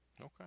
Okay